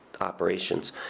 operations